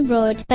Road